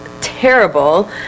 Terrible